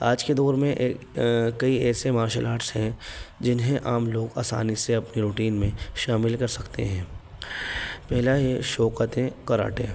آج کے دور میں کئی ایسے مارشل آرٹس ہیں جنہیں عام لوگ آسانی سے اپنی روٹین میں شامل کر سکتے ہیں پہلا یہ شوقتیں کراٹے